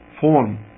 form